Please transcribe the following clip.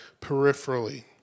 peripherally